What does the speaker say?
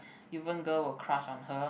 even girl will crush on her